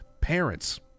parents